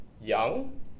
young